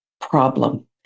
problem